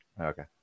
Okay